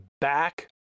back